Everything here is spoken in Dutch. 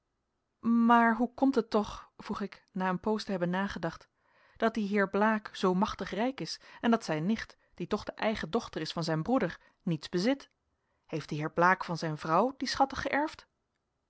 maar hoe komt het toch vroeg ik na een poos te hebben nagedacht dat die heer blaek zoo machtig rijk is en dat zijn nicht die toch de eigen dochter is van zijn broeder niets bezit heeft de heer blaek van zijn vrouw die schatten geërfd